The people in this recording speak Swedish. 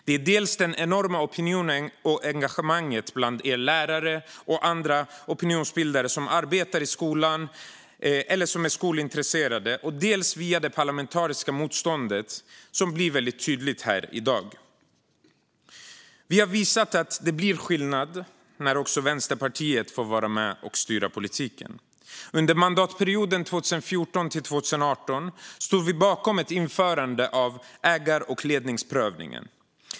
Det är dels den enorma opinionen och engagemanget bland er lärare och andra opinionsbildare som arbetar i skolan eller som är skolintresserade, dels det parlamentariska motstånd som blir väldigt tydligt här i dag. Vi har visat att det blir skillnad när också Vänsterpartiet får vara med och styra politiken. Under mandatperioden 2014-2018 stod vi bakom ett införande av ägar och ledningsprövningen.